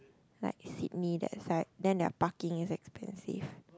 like Sydney that side then their parking is expensive